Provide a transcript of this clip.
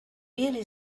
really